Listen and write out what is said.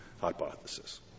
hypothesis